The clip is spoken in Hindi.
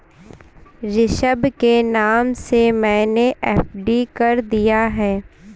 ऋषभ के नाम से मैने एफ.डी कर दिया है